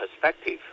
perspective